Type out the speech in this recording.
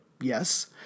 yes